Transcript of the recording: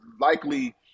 likely